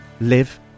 live